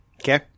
Okay